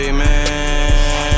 Amen